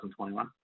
2021